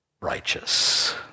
righteous